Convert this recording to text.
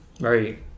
Right